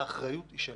האחריות היא שלנו.